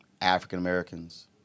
African-Americans